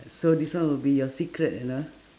so this one will be your secret you know